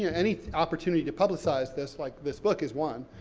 yeah any opportunity to publicize this, like this, book is one,